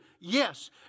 yes